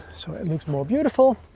so it looks more beautiful.